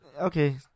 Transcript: okay